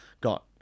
got